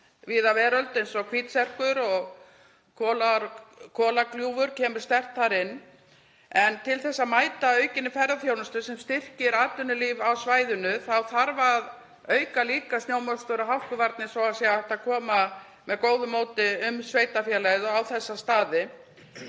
víða veröld, eins og Hvítserkur og Kolugljúfur sem kemur sterkt þar inn. En til þess að mæta aukinni ferðaþjónustu, sem styrkir atvinnulíf á svæðinu, þá þarf að auka líka snjómokstur og hálkuvarnir svo að hægt sé að komast með góðu móti um sveitarfélagið og á þessa staði.